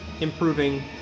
Improving